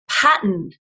pattern